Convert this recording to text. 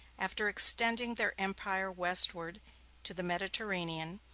after extending their empire westward to the mediterranean,